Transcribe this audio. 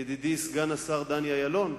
ידידי סגן השר דני אילון,